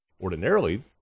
Ordinarily